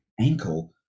ankle